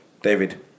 David